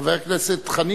הכנסת חנין,